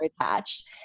attached